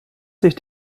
sich